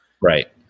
Right